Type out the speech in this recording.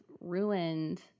ruined